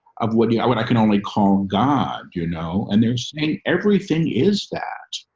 of what yeah what i can only call him god, you know, and they're saying everything is that,